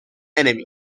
enemy